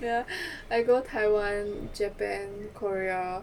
ya I go taiwan japan korea